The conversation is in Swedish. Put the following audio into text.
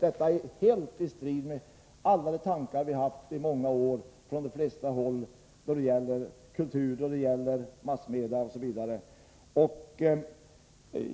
Utredningsförslaget är helt i strid med de tankar man nu haft i många år på de flesta håll då det gäller kultur, massmedia osv.